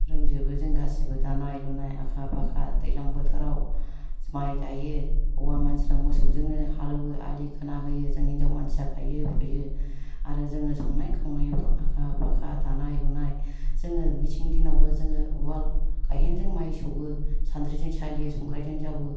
रोंजोबो जों गासिबो दानाय लुनाय आखा फाखा दैज्लां बोथोराव माइ गायो हौवा मानसिफ्रा मोसौजोंनो हालौवो आलि खोनानै होयो जों हिनजाव मानसिया गायो फुयो आरो जों संनाय खावनायावथ' आखा फाखा दानाय लुनाय जोङो मेसें दिनावबो जोङो उवाल गाहेनजों माइ सौवो सान्द्रिजों सालियो संग्रायजों जावो